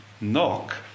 knock